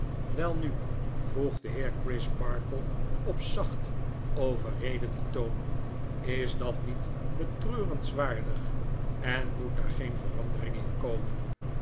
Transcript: jwelnu vroeg de heer crisparkle op zacht overredenden toon is dat niet betreurenswaardig en moet daar geen verandering in komen